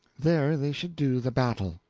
there they should do the battle.